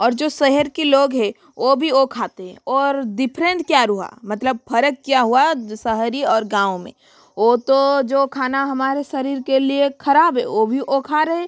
और जो शहर के लोग है वो भी वो खाते है और दिफरेंट क्या हुआ मतलब फ़र्क क्या हुआ शहरी और गाँव में वो तो जो खाना हमारे शरीर के लिए खराब है वो भी वो खा रहे